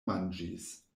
manĝis